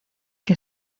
que